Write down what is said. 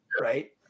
right